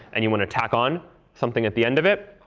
and you want to tack on something at the end of it.